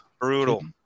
Brutal